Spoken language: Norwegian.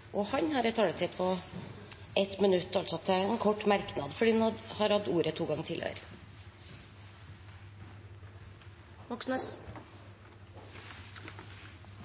har hatt ordet to ganger tidligere og får ordet til en kort merknad, begrenset til